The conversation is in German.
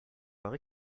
eure